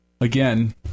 again